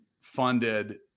funded